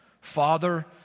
Father